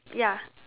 ya